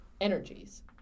energies